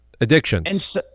addictions